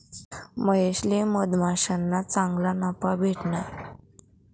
महेशले मधमाश्याना चांगला नफा भेटना